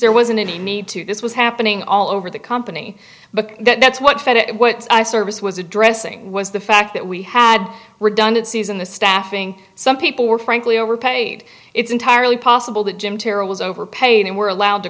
there wasn't any need to this was happening all over the company but that's what fed it what i service was addressing was the fact that we had redundancies in the staffing some people were frankly overpaid it's entirely possible that jim tara was overpaid and were allowed to